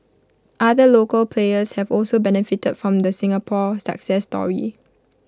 other local players have also benefited from the Singapore success story